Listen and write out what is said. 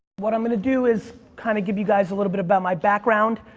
what i'm gonna do is kind of give you guys a little bit about my background,